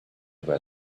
were